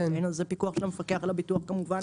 אין על זה פיקוח של המפקח על הביטוח כמובן.